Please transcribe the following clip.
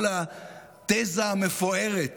כל התזה המפוארת